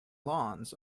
lawns